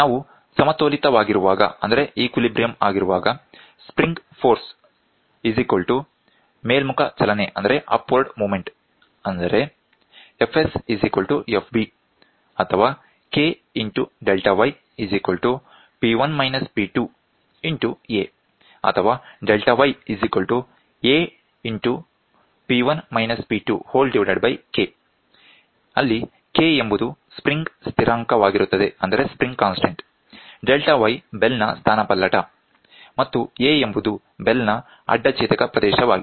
ಅವು ಸಮತೋಲಿತವಾಗಿರುವಾಗ ಸ್ಪ್ರಿಂಗ್ ಬಲ ಮೇಲ್ಮುಖ ಚಲನೆ ಅಂದರೆ ಅಲ್ಲಿ k ಎಂಬುದು ಸ್ಪ್ರಿಂಗ್ ಸ್ಥಿರಾಂಕವಾಗಿರುತ್ತದೆ ∆y ಬೆಲ್ ನ ಸ್ಥಾನಪಲ್ಲಟ ಮತ್ತು A ಎಂಬುದು ಬೆಲ್ ನ ಅಡ್ಡ ಛೇದಕ ಪ್ರದೇಶವಾಗಿದೆ